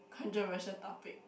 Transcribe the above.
controversial topic